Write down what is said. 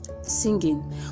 singing